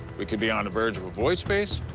we could be on the verge of a void space,